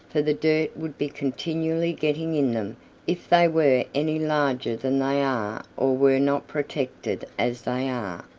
for the dirt would be continually getting in them if they were any larger than they are or were not protected as they are.